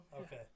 Okay